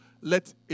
let